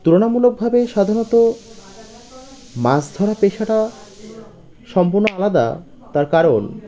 তুলনামূলকভাবে সাধারণত মাছ ধরা পেশাটা সম্পূর্ণ আলাদা তার কারণ